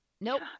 Nope